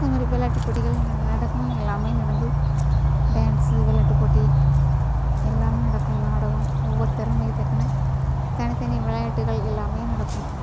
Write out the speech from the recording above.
அது மாதிரி விளாட்டு போட்டிகள் நடக்கும் இங்கே எல்லாம் நடந்து டான்ஸு விளாட்டுப் போட்டி எல்லாம் நடக்கும் நாடகம் ஒவ்வொரு திறமைக்கு தக்கன தனித்தனி விளையாட்டுகள் எல்லாம் நடக்கும்